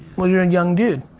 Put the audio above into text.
well, you're a young dude.